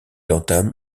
entame